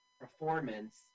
Performance